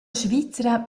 svizra